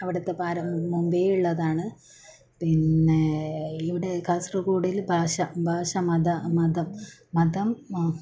അവിടുത്തെ പാര മുന്പേ ഉള്ളതാണ് പിന്നെ ഇവിടെ കാസർഗോഡിൽ ഭാഷ ഭാഷ മത മതം മതം